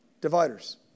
Dividers